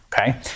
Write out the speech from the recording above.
okay